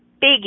big